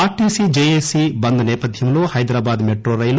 RTC JAC bandh నేపథ్యంలో Hyderabad metro రైలు